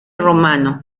romano